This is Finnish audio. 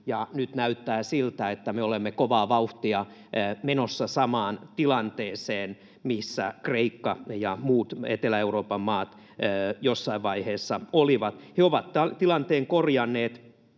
nyt näyttää, että me olemme kovaa vauhtia menossa samaan tilanteeseen, missä Kreikka ja muut Etelä-Euroopan maat jossain vaiheessa olivat. He ovat tilanteen korjanneet